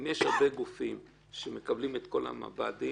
אם יש הרבה גופים שמקבלים את כל המב"דים,